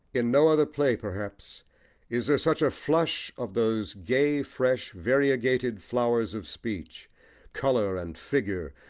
in no other play perhaps is there such a flush of those gay, fresh, variegated flowers of speech colour and figure,